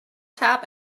tap